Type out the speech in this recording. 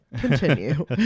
Continue